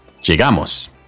llegamos